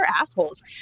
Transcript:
assholes